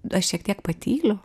aš šiek tiek patyliu